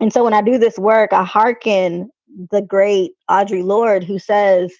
and so when i do this work on haack in the great audry lord, who says